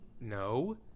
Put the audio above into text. No